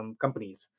companies